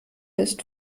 ist